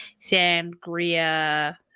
sangria